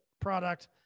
product